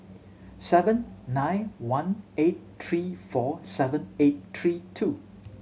seven nine one eight three four seven eight three two